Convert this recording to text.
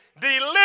deliver